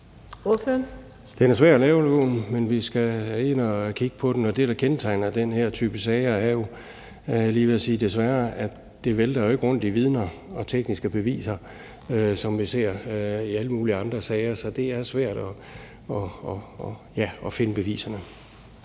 Det er nu svært at lave den, men vi skal ind at kigge på det. Det, der kendetegner den her type sager, er jo, og jeg er lige ved at sige desværre, at det ikke vælter rundt med vidner og tekniske beviser, sådan som vi ser det i alle mulige andre sager. Så det er svært at finde beviserne.